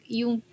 yung